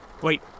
Wait